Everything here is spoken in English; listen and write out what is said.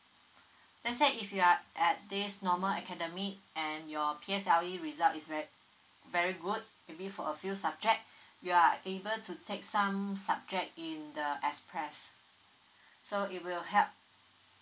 let's say if you are at this normal academic and your P_S_L_E result is very very good maybe for a few subject you are able to take some subject in the express so it will help